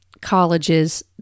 colleges